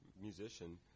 musician